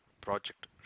Project